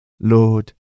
Lord